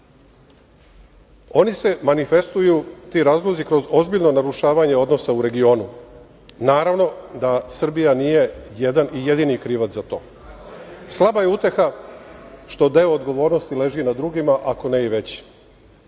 Oni se manifestuju, ti razlozi, kroz ozbiljno narušavanje odnosa u regionu. Naravno da Srbija nije jedan i jedini krivac za to. Slaba je uteha što deo odgovornosti leži na drugima, ako ne i veći.